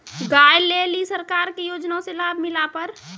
गाय ले ली सरकार के योजना से लाभ मिला पर?